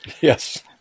Yes